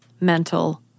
mental